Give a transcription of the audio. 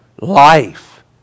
life